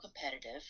competitive